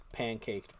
pancaked